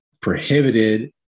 prohibited